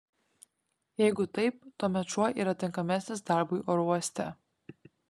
jeigu taip tuomet šuo yra tinkamesnis darbui oro uoste